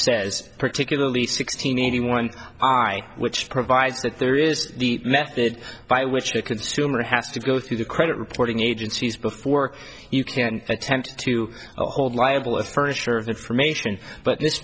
says particularly sixteen eighty one i which provides that there is the method by which the consumer has to go through the credit reporting agencies before you can attempt to hold liable of furniture of information but this